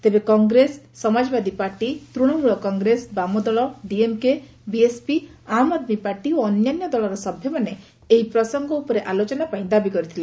ତେବେ କଂଗ୍ରେସ ସମାଜବାଦୀ ପାର୍ଟି ତୂଣମୂଳ କଂଗ୍ରେସ ବାମଦଳ DMK BSP Aam Aadmi party ଓ ଅନ୍ୟାନ୍ୟ ଦଳର ସଭ୍ୟମାନେ ଏହି ପ୍ରସଙ୍ଗ ଉପରେ ଆଲୋଚନା ପାଇଁ ଦାବି କରିଥିଲେ